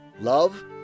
love